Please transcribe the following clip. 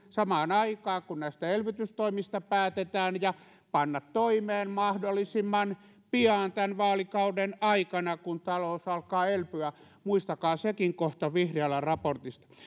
samaan aikaan kun näistä elvytystoimista päätetään ja panna toimeen mahdollisimman pian tämän vaalikauden aikana kun talous alkaa elpyä muistakaa sekin kohta vihriälän raportista